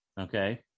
Okay